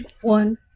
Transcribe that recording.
One